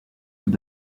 tout